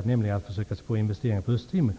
göra investeringar i Östtimor.